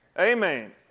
Amen